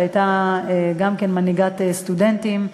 שהייתה גם כן מנהיגת סטודנטים.